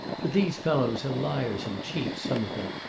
but these fellows are liars and cheats, some of them.